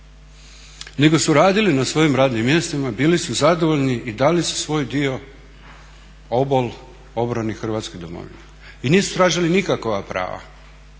nego su radili na svojim radnim mjestima, bili su zadovoljni i dali su svoj dio, obol obrani Hrvatske domovine. I nisu tražili nikakva prava.